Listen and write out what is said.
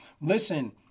listen